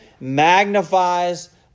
magnifies